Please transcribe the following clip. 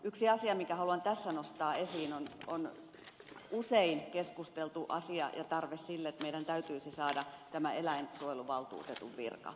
yksi asia minkä haluan tässä nostaa esiin on usein keskusteltu asia ja tarve että meidän täytyisi saada tämä eläinsuojeluvaltuutetun virka